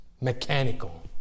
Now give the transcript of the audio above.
mechanical